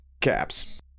caps